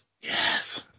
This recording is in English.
Yes